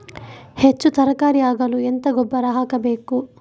ಹೆಚ್ಚು ತರಕಾರಿ ಆಗಲು ಎಂತ ಗೊಬ್ಬರ ಹಾಕಬೇಕು?